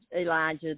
Elijah